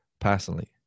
personally